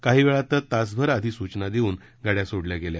काही वेळा तर तासभऱ आधी सूचना देऊन गाड्या सोडल्या गेल्या